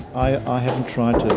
i. i haven't tried to